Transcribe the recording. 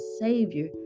Savior